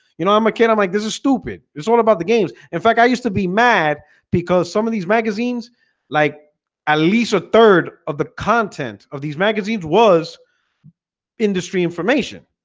you know, i'm a kid. i'm like, this is stupid it's all about the games in fact, i used to be mad because some of these magazines like at least a third of the content of these magazines was industry information